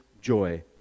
joy